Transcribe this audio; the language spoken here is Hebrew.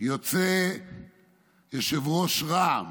יוצא יושב-ראש רע"מ,